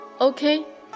okay